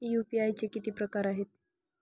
UPI चे किती प्रकार आहेत?